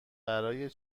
برای